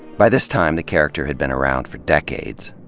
by this time, the character had been around for decades.